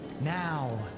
Now